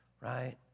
right